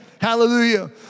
Hallelujah